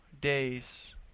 days